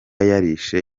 yarishe